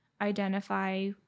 identify